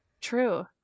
true